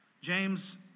James